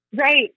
Right